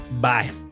bye